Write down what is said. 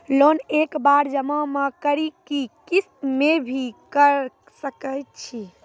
Loan एक बार जमा म करि कि किस्त मे भी करऽ सके छि?